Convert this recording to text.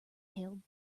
hailed